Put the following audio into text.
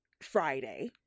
Friday